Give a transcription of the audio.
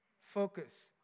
focus